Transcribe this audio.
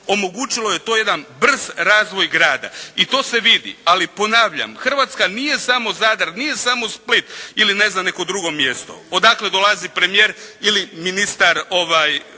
omogućilo je to jedan brz razvoj grada. I to se vidi. Ali ponavljam Hrvatska nije samo Zadar, nije samo Split ili ne znam neko drugo mjesto odakle dolazi Premijer ili ministar